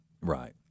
Right